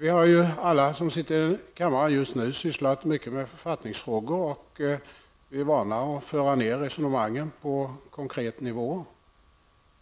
De ledamöter som befinner sig i kammaren just nu har alla sysslat mycket med författningsfrågor och är vana vid att föra ned resonemangen på konkret nivå.